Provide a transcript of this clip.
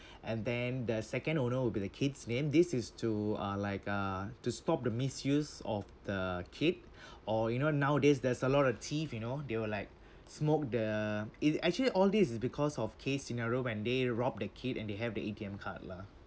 and then the second owner will be the kid's name this is to uh like uh to stop the misuse of the kid or you know nowadays there's a lot of thief you know they will like smoke the it actually all this is because of case scenario when they rob the kid and they have the A_T_M card lah